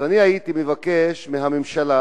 אז הייתי מבקש מהממשלה,